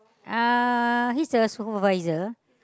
uh he's a supervisor